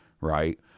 right